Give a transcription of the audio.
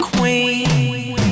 Queen